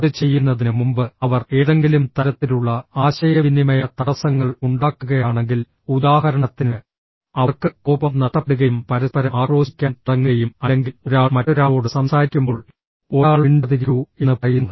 അത് ചെയ്യുന്നതിന് മുമ്പ് അവർ ഏതെങ്കിലും തരത്തിലുള്ള ആശയവിനിമയ തടസ്സങ്ങൾ ഉണ്ടാക്കുകയാണെങ്കിൽ ഉദാഹരണത്തിന് അവർക്ക് കോപം നഷ്ടപ്പെടുകയും പരസ്പരം ആക്രോശിക്കാൻ തുടങ്ങുകയും അല്ലെങ്കിൽ ഒരാൾ മറ്റൊരാളോട് സംസാരിക്കുമ്പോൾ ഒരാൾ മിണ്ടാതിരിക്കൂ എന്ന് പറയുന്നു